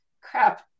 crap